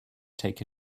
take